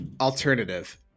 alternative